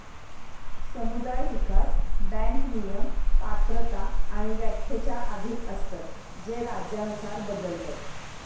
समुदाय विकास बँक नियम, पात्रता आणि व्याख्येच्या अधीन असतत जे राज्यानुसार बदलतत